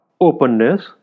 openness